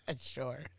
Sure